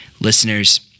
Listeners